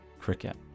Cricket